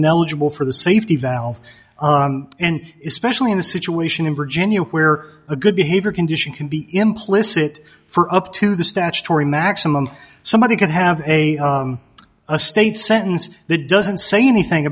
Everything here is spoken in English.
ineligible for the safety valve and especially in a situation in virginia where a good behavior condition can be implicit for up to the statutory maximum somebody could have a a state sentence that doesn't say anything